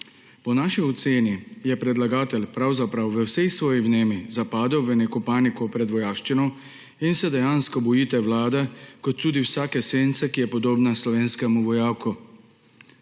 Po naši oceni je predlagatelj pravzaprav v vsej svoji vnemi zapadel v neko paniko pred vojaščino in se dejansko boji te vlade in tudi vsake sence, ki je podobna slovenskemu vojaku.